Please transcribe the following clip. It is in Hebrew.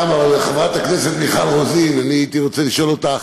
חברת הכנסת מיכל רוזין, הייתי רוצה לשאול אותך: